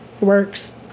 works